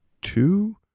two